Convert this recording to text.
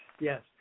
Yes